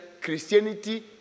Christianity